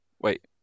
Wait